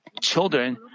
children